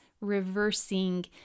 reversing